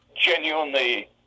genuinely